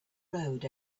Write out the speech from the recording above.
road